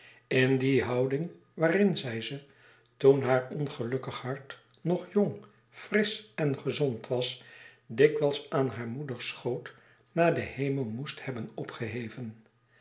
in die houding waarin zij ze toen haar ongelukkig hart nog jong frisch en gezond was dikwijls aan haar moeders schoot naar den hemel moest hebben opgeheven